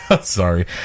Sorry